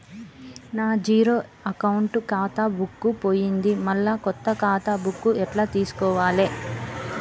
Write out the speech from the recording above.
నా zero account ఖాతా book పోయింది మళ్ళా కొత్త ఖాతా బుక్కు ఎట్ల తీసుకోవాలే?